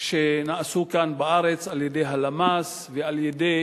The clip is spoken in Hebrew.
שנעשו כאן בארץ על-ידי הלמ"ס ועל-ידי